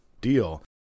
deal